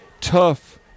tough